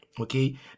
okay